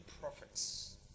prophets